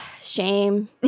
shame